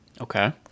Okay